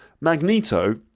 magneto